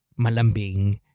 malambing